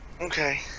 Okay